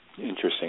Interesting